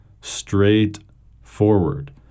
straightforward